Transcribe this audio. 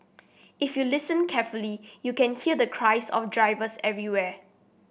if you listen carefully you can hear the cries of drivers everywhere